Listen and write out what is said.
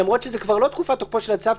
למרות שזו גם לא תקופת תוקפו של הצו,